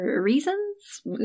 reasons